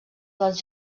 dels